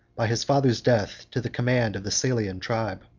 by his father's death, to the command of the salian tribe.